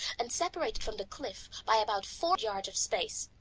and separated from the cliff by about four yards of space.